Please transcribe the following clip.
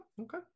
Okay